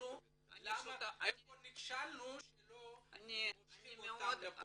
רוצים לדעת איפה נכשלנו שלא מושכים אותם לכאן.